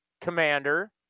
Commander